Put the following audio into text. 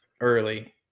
early